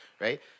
Right